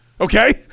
okay